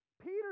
Peter